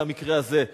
זה המקרה הזה.